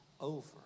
over